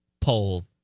poll